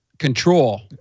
control